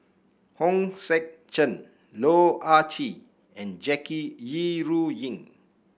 Hong Sek Chern Loh Ah Chee and Jackie Yi Ru Ying